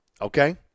okay